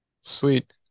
Sweet